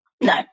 No